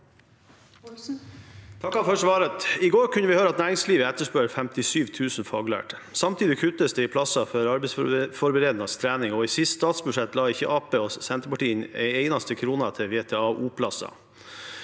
I går kunne vi høre at næringslivet etterspør 57 000 faglærte. Samtidig kuttes det i plasser for arbeidsforberedende trening, og i siste statsbudsjett la ikke Arbeiderpartiet og Senterpartiet inn en eneste krone til VTA-O-plasser.